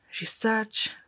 research